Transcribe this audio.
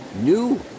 new